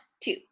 two